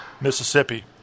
Mississippi